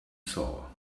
saw